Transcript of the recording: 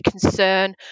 concern